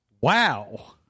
wow